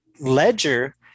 ledger